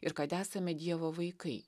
ir kad esame dievo vaikai